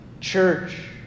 Church